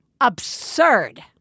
absurd